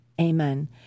Amen